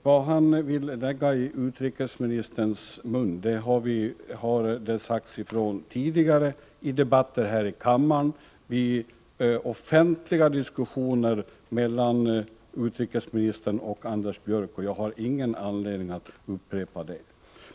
Det han vill lägga i utrikesministerns mun har sagts tidigare i debatter här i kammaren, i offentliga diskussioner mellan utrikesministern och Anders Björck, och jag har ingen anledning att kommentera det.